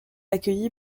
accueilli